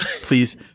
please